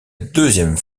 deuxième